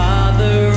Father